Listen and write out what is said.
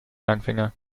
langfinger